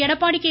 Edappadi K